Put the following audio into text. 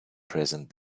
present